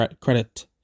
credit